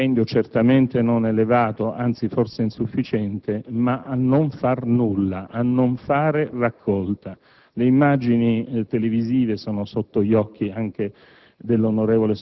con uno stipendio certamente non elevato, anzi forse insufficiente, per non far nulla, per non fare raccolta. Le immagini televisive sono sotto gli occhi anche